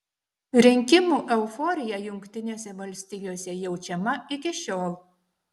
rinkimų euforija jungtinėse valstijose jaučiama iki šiol